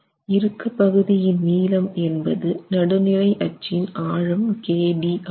இறுக்க பகுதியின் நீளம் என்பது நடுநிலையச்சின் ஆழம் kd ஆகும்